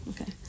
Okay